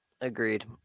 Agreed